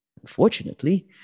Unfortunately